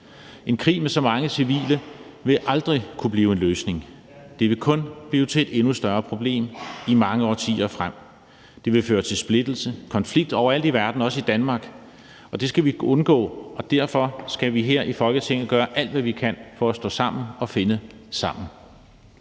En krig med så mange civile ofre vil aldrig kunne blive en løsning. Det vil kun blive til et endnu større problem i mange årtier frem. Det vil føre til splittelse og konflikt overalt i verden, også i Danmark. Det skal vi undgå, og derfor skal vi her i Folketinget gøre alt, hvad vi kan, for at stå sammen og finde sammen.